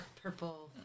purple